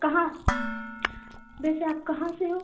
कहाँ वैसे आप कहाँ से हो